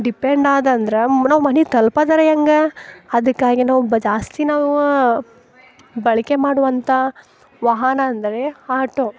depend ಆದ ಅಂದ್ರೆ ನಾವು ಮನೆಗ್ ತಲ್ಪೋದರ ಹೇಗೆ ಅದಕ್ಕಾಗಿ ನಾವು ಬ್ ಜಾಸ್ತಿ ನಾವು ಬಳಕೆ ಮಾಡುವಂಥ ವಾಹನ ಅಂದರೆ ಆಟೋ